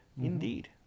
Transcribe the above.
indeed